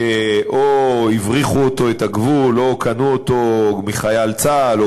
שאו הבריחו אותו את הגבול או קנו אותו מחייל צה"ל או